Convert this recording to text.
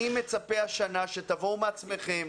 אני מצפה השנה שתבואו ביוזמתכם,